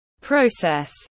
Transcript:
process